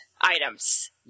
items